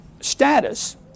status